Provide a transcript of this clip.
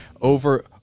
over